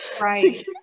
right